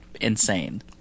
insane